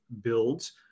builds